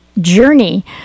journey